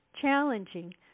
challenging